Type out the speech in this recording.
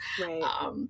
Right